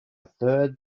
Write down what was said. third